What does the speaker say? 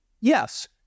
Yes